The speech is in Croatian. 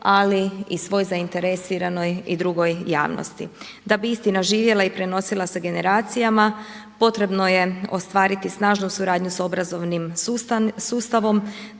ali i svoj zainteresiranoj i drugoj javnosti. Da bi istina živjela i prenosila se generacijama potrebno je ostvariti snažnu suradnju s obrazovnim sustavom